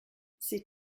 c’est